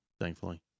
thankfully